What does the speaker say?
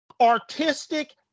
Artistic